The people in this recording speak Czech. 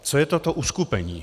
Co je toto uskupení?